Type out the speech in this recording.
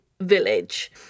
village